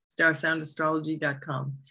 starsoundastrology.com